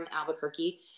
Albuquerque